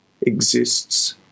exists